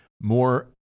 more